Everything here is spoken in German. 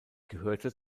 gehörte